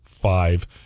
five